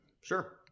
Sure